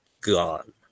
gone